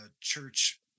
church